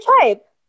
type